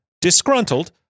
disgruntled